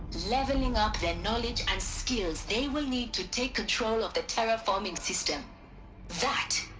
leveling up the knowledge and skills they will need to take control of the terraforming system that.